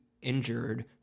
Injured